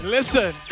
Listen